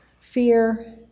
fear